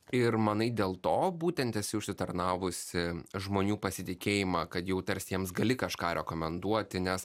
ir manai dėl to būtent esi užsitarnavusi žmonių pasitikėjimą kad jau tarsi jiems gali kažką rekomenduoti nes